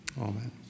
Amen